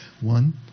One